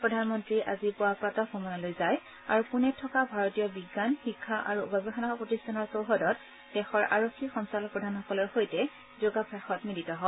প্ৰধানমন্নীয়ে আজি পুবা প্ৰাতঃভমণলৈ যায় আৰু পুনেত থকা ভাৰতীয় বিজ্ঞান শিক্ষা আৰু গৱেষণা প্ৰতিষ্ঠানৰ চৌহদত দেশৰ আৰক্ষী সঞ্চালকপ্ৰধানসকলৰ সৈতে যোগাভ্যাসত মিলিত হয়